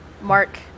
Mark